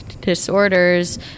disorders